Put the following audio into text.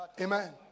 amen